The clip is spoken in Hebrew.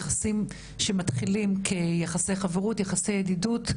יחסים שמתחילים כיחסי חברות או יחסי ידידות,